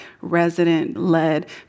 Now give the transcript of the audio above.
resident-led